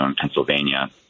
Pennsylvania